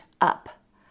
up